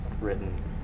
written